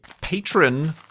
Patron